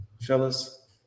Fellas